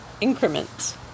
increments